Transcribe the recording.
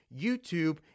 YouTube